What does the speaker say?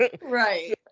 Right